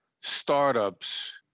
startups